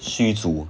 虚竹